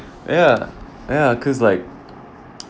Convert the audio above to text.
ya ya cause like